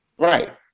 Right